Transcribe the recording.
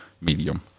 medium